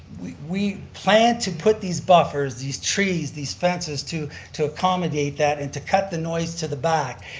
we plan to put these buffers, these trees, these fences to to accommodate that and to cut the noise to the back.